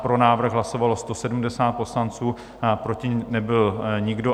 Pro návrh hlasovalo 170 poslanců, proti nebyl nikdo.